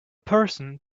person